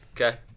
Okay